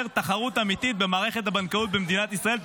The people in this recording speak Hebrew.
תחרות אמיתית במערכת הבנקאות במדינת ישראל.